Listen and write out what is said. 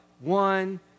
one